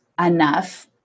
enough